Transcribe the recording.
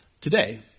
today